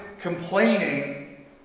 complaining